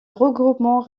regroupement